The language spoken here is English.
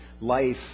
life